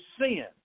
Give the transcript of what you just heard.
sin